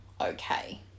Okay